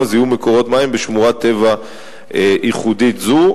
זיהום מקורות מים בשמורת טבע ייחודית זו.